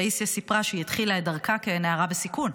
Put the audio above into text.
טאיסיה סיפרה שהיא התחילה את דרכה כנערה בסיכון.